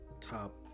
top